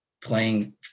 playing